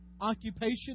occupation